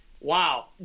Wow